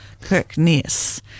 Kirkness